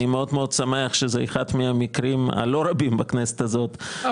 אני מאוד מאוד שמח שזה אחד מהמקרים הלא רבים בכנסת הזאת -- לא,